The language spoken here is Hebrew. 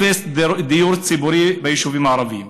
אפס דיור ציבורי ביישובים הערביים.